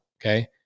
okay